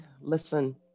listen